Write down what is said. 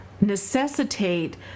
necessitate